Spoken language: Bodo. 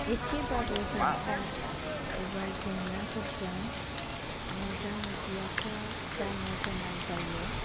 एसेबाबो हेंथा एबा जेंनाफोरजों मोगा मोगियाथ' जानो गोनां जायो